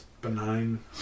benign